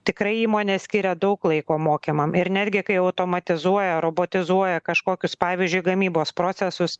tikrai įmonės skiria daug laiko mokymam ir netgi kai automatizuoja robotizuoja kažkokius pavyzdžiui gamybos procesus